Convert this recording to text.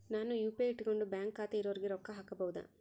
ನಾನು ಯು.ಪಿ.ಐ ಇಟ್ಕೊಂಡು ಬ್ಯಾಂಕ್ ಖಾತೆ ಇರೊರಿಗೆ ರೊಕ್ಕ ಹಾಕಬಹುದಾ?